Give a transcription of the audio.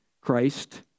Christ